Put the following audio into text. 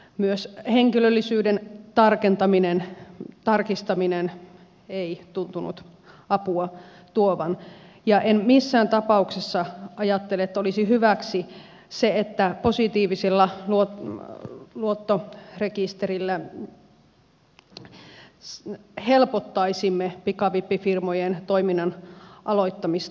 myöskään henkilöllisyyden tarkistaminen ei tuntunut apua tuovan ja en missään tapauksessa ajattele että olisi hyväksi se että positiivisella luottorekisterillä helpottaisimme pikavippifirmojen toiminnan aloittamista